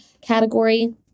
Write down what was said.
category